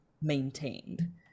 maintained